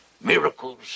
miracles